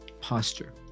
posture